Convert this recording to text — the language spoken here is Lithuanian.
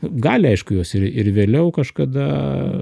gali aišku juos ir ir vėliau kažkada